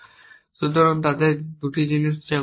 সুতরাং তাদের 2 জিনিস যা ঘটতে পারে